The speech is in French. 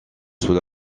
sous